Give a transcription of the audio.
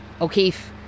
O'Keefe